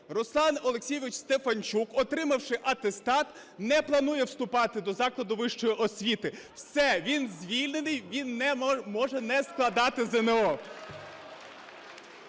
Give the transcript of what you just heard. Руслан Олексійович Стефанчук, отримавши атестат, не планує вступати до закладу вищої освіти. Все, він звільнений, він може не складати ЗНО.